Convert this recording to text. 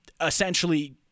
essentially